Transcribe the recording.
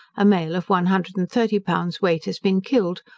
a male of one hundred and thirty pounds weight has been killed,